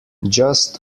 just